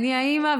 אני האימא,